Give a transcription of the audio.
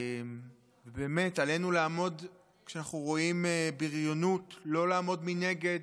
וכשאנחנו רואים בריונות, לא לעמוד מנגד